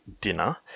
dinner